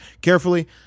carefully